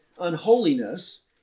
unholiness